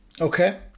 Okay